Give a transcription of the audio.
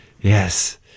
Yes